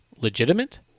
legitimate